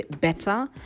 better